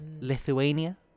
Lithuania